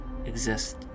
exist